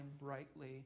brightly